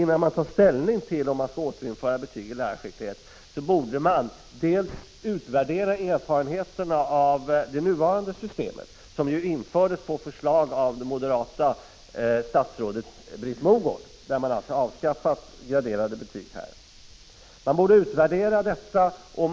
Innan man tar ställning till om man skall återinföra betyget i lärarskicklighet borde man utvärdera erfarenheterna av det nuvarande systemet, som ju infördes på förslag av det moderata statsrådet Britt Mogård, då man alltså avskaffade graderade betyg i lärarskicklighet.